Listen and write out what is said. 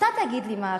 אתה תגיד לי מה התוצאה.